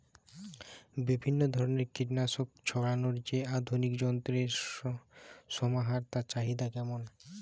বিভিন্ন ধরনের কীটনাশক ছড়ানোর যে আধুনিক যন্ত্রের সমাহার তার চাহিদা কেমন?